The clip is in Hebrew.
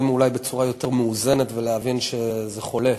אולי בצורה יותר מאוזנת ולהבין שזה חולף,